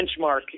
Benchmark